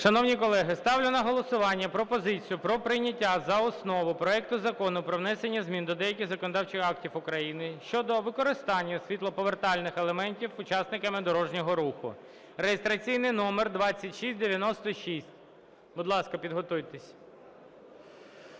Шановні колеги, ставлю на голосування пропозицію про прийняття за основу проекту Закону про внесення змін до деяких законодавчих актів України щодо використання світлоповертальних елементів учасниками дорожнього руху (реєстраційний номер 2696). Будь ласка, підготуйтеся.